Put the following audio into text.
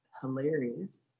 hilarious